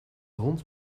hond